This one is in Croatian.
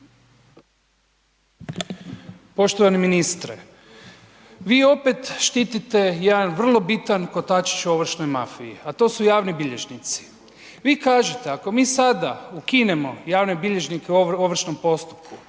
Poštovani ministre, vi opet štitite jedan vrlo bitan kotačić u ovršnoj mafiji a to su javni bilježnici. Vi kažete ako mi sada ukinemo javne bilježnike u ovršnom postupku